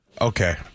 Okay